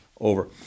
over